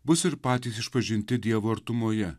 bus ir patys išpažinti dievo artumoje